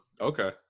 Okay